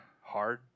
hard